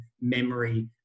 memory